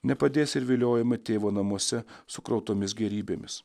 nepadės ir viliojama tėvo namuose sukrautomis gėrybėmis